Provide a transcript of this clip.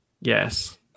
Yes